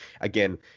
again